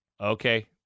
Okay